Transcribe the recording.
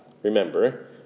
Remember